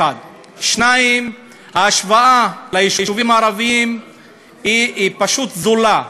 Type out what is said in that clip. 1. 2. ההשוואה ליישובים הערביים היא פשוט זולה,